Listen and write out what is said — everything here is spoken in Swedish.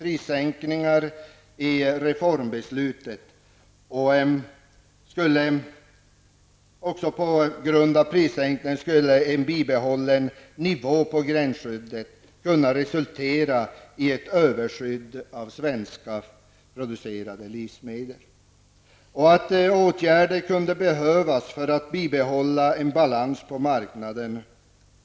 I reformbeslutet förutsågs också att, på grund av prissänkningen, en bibehållen nivå för gränsskyddet skulle kunna resultera i ett överskydd av svenskproducerade livsmedel och att åtgärder kunde behövas för att bibehålla en balans på marknaden.